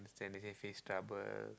then they say face troubles